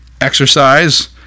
exercise